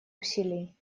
усилий